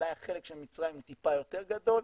אולי החלק של מצרים טיפה יותר גדול,